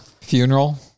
funeral